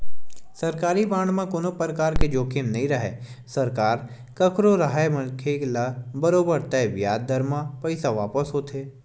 सरकारी बांड म कोनो परकार के जोखिम नइ राहय सरकार कखरो राहय मनखे ल बरोबर तय बियाज दर म पइसा वापस होथे